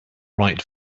right